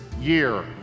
year